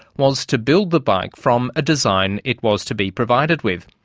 was to build the bike from a design it was to be provided with.